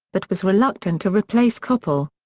but was reluctant to replace koppel.